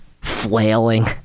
flailing